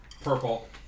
Purple